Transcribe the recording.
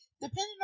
depending